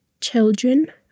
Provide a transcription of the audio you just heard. Children